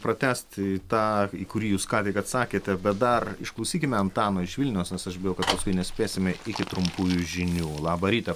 pratęsti tą kurį jūs ką tik atsakėte bet dar išklausykime antano iš vilniaus nes aš bijau kad paskui nespėsime iki trumpųjų žinių labą rytą